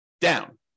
down